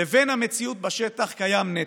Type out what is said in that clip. לבין המציאות בשטח קיים נתק,